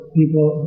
people